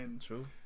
True